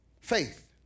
Faith